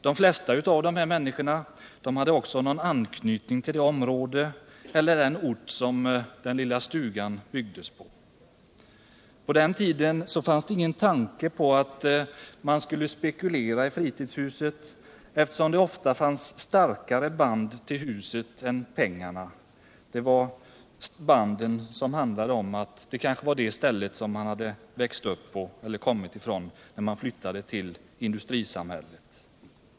De flesta av de här människorna hade också någon anknytning till det område eller den ort som den lilla stugan byggdes på. På den tiden fanns det ingen tanke på att man skulle spekulera i fritidshus, eftersom det ofta fanns starkare band till huset än pengarna. Det handlade kanske om att det var det ställe man hade växt upp på eller kommit ifrån när man flyttade till industrisamhället.